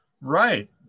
Right